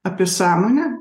apie sąmonę